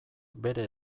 bere